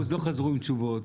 לא חזרו עם תשובות,